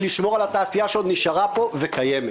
לשמור על התעשייה שעוד נשארה פה וקיימת.